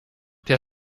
der